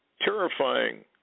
terrifying